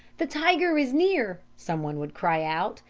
the tiger is near someone would cry out,